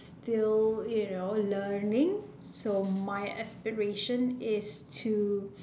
still you know learning so my aspiration is to